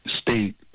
state